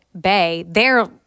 Bay—they're